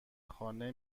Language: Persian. خانه